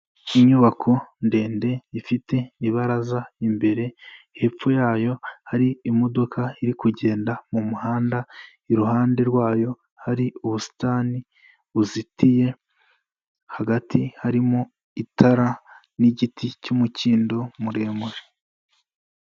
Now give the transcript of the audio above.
Inyubako ndende, ifite ibaraza imbere, hepfo yayo hari imodoka iri kugenda mu muhanda, iruhande rwayo hari ubusitani buzitiye, hagati harimo itara n'igiti cy'umukindo muremure.